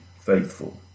faithful